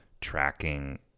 tracking